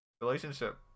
relationship